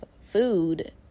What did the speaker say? food